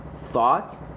thought